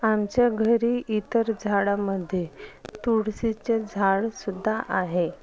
आमच्या घरी इतर झाडांमध्ये तुळसीचे झाडसुद्धा आहे